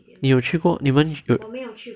你有去过你们有